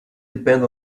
depend